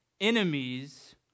enemies